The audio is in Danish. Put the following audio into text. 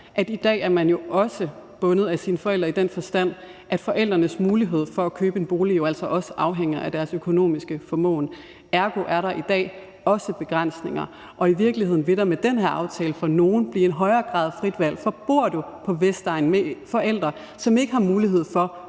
at man i dag også er bundet af sine forældre i den forstand, at forældrenes mulighed for at købe en bolig jo altså også afhænger af deres økonomiske formåen. Ergo er der i dag også begrænsninger. Og i virkeligheden vil der med den her aftale for nogle blive en højere grad af frit valg, for bor du på Vestegnen med forældre, som ikke har mulighed for